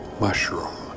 mushroom